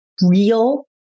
real